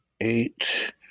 Eight